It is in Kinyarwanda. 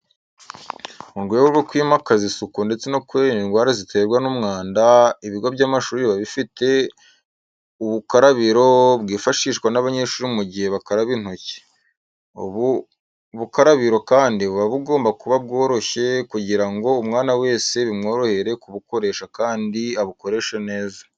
Mu rwego rwo kwimakaza isuku ndetse no kwirinda indwara ziterwa n'umwanda, ibigo by'amashuri biba bifite ubukarabiro bwifashishwa n'amanyeshuri mu gihe bakaraba intoki. Ubu bukarabiro kandi buba bugomba kuba bworoshye kugira ngo umwana wese bimworohere kubukoresha kandi abukoreshe neza.